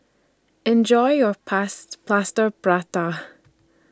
Enjoy your Pass Plaster Prata